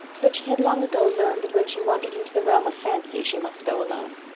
but she had long ago learned that when she wandered into the realm of fancy she must go alone.